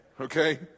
Okay